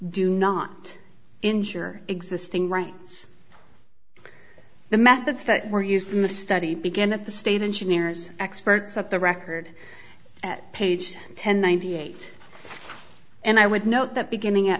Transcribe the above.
do not injure existing rights the methods that were used in the study began at the state engineers experts at the record at page ten ninety eight and i would note that beginning a